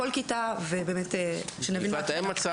כאמור, היכולת להסיר תוכן פוגעני מאוד מוגבלת.